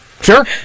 Sure